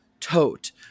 tote